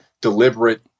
deliberate